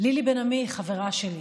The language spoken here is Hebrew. לילי בן עמי היא חברה שלי.